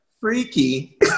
freaky